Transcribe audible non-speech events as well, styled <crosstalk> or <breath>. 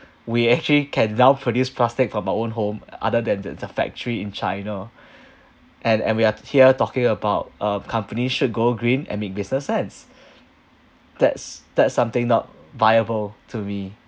we actually can now produce plastic from our own home other than the the factory in china <breath> and and we're here talking about uh company should go green and make business sense <breath> that's that's something not viable to me